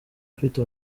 ufite